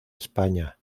españa